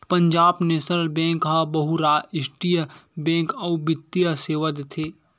Punjab national bank ह बहुरास्टीय banking अउ बित्तीय सेवा देथे